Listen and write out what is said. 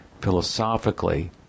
philosophically